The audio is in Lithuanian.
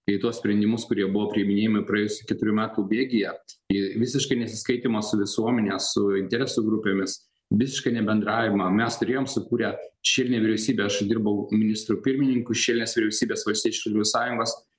į tuos sprendimus kurie buvo priiminėjami praėjusių keturių metų bėgyje į visiškai nesiskaitymą su visuomene su interesų grupėmis visiškai nebendravimą mes turėjom sukūrę šešėlinę vyriausybę aš dirbau ministru pirmininku šešėlinės vyriausybės valstiečių ir žaliųjų sąjungos